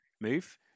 move